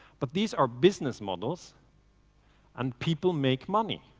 but these are business models and people make money.